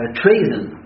treason